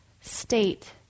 state